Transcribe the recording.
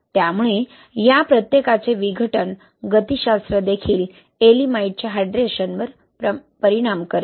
त्यामुळे या प्रत्येकाचे विघटन गतीशास्त्र देखील येएलिमाइटच्या हायड्रेशनवर परिणाम करेल